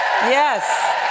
Yes